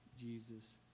Jesus